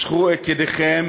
משכו את ידיכם